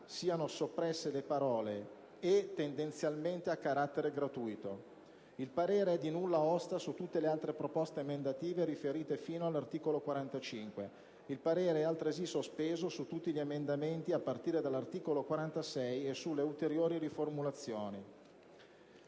siano soppresse le parole "e tendenzialmente a carattere gratuito". Il parere è di nulla osta su tutte le altre proposte emendative riferite sino all'articolo 45. Il parere è altresì sospeso su tutti gli emendamenti a partire dall'articolo 46 e sulle ulteriori riformulazioni».